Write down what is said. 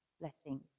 blessings